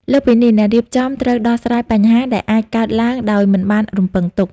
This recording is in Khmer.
លើសពីនេះ អ្នករៀបចំត្រូវដោះស្រាយបញ្ហាដែលអាចកើតឡើងដោយមិនបានរំពឹងទុក។